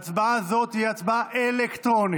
ההצבעה הזאת תהיה הצבעה אלקטרונית.